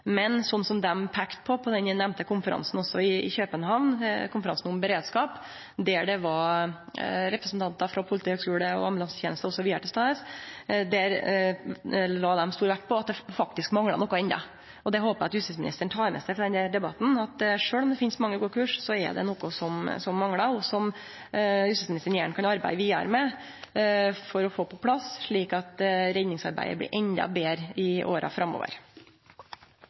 men under den nemnde konferansen i København – konferansen om beredskap, der det var representantar frå politihøgskule og ambulanseteneste osv. til stades – la dei stor vekt på at det faktisk enno mangla noko. Det håpar eg at justisministeren tek med seg frå denne debatten, at sjølv om det finst mange gode kurs, er det noko som manglar som justisministeren gjerne kan arbeide vidare med for å få på plass, slik at redningsarbeidet blir enda betre i åra framover.